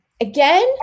again